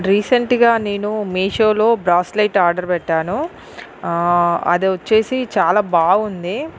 రీసెంట్గా నేను మీషోలో బ్రాస్లైట్ ఆర్డర్ పెట్టాను అది వచ్చేసి చాలా బాగుంది